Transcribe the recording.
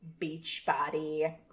Beachbody